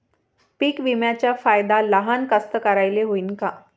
पीक विम्याचा फायदा लहान कास्तकाराइले होईन का?